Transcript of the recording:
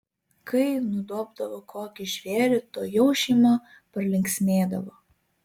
kai nudobdavo kokį žvėrį tuojau šeima pralinksmėdavo